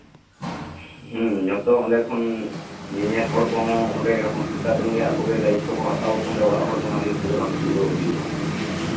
ᱦᱮᱸ ᱡᱚᱛᱚ ᱚᱸᱰᱮ ᱠᱷᱚᱱ ᱧᱮᱧᱮᱞ ᱦᱚᱲ ᱠᱚᱦᱚᱸ ᱦᱚᱥᱯᱤᱴᱟᱞ ᱨᱮᱱᱜᱮ ᱯᱩᱨᱟᱹ ᱫᱟᱭᱤᱛᱛᱚ ᱦᱟᱛᱟᱣ ᱟᱠᱚ ᱚᱲᱟᱜ ᱦᱚᱲ ᱚᱱᱟ ᱞᱟᱹᱜᱤᱫ ᱛᱮᱫᱚ ᱵᱟᱝ ᱠᱷᱤᱡᱽᱞᱟᱹᱣ ᱦᱩᱭᱩᱜᱼᱟ